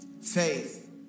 Faith